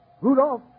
Rudolph